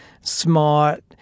smart